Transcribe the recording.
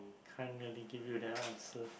can't really give you that answer